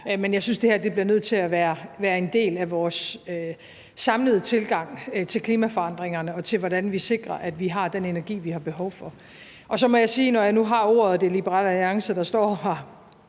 men jeg synes, det her bliver nødt til at være en del af vores samlede tilgang til klimaforandringerne og til, hvordan vi sikrer, at vi har den energi, vi har behov for. Så må jeg sige, når jeg nu har ordet og det er Liberal Alliance, der står her,